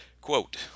quote